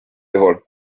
juhul